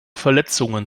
verletzungen